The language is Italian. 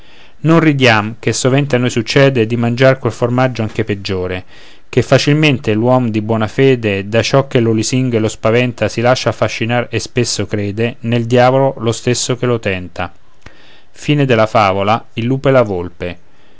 non ridiam ché sovente a noi succede di mangiar del formaggio anche peggiore che facilmente l'uom di buona fede da ciò che lo lusinga o lo spaventa si lascia affascinar e spesso crede nel dïavolo stesso che lo tenta e